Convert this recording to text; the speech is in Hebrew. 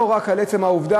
לא רק על עצם העובדה,